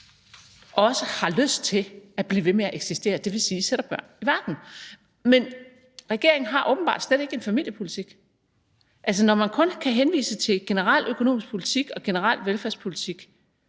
også har lyst til at blive ved med at eksistere, dvs. sætter børn i verden. Men regeringen har åbenbart slet ikke en familiepolitik. Altså, når man kun kan henvise til generel økonomisk politik og generel velfærdspolitik,